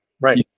right